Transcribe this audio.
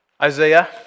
Isaiah